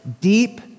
deep